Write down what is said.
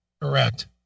Correct